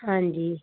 ਹਾਂਜੀ